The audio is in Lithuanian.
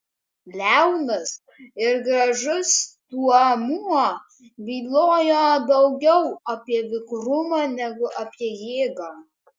liaunas ir gražus stuomuo bylojo daugiau apie vikrumą negu apie jėgą